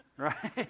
right